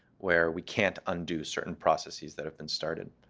where we can't undo certain processes that have been started.